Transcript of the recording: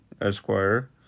Esquire